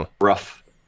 rough